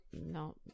no